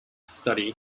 study